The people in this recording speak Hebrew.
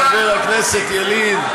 חבר הכנסת ילין,